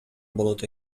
болот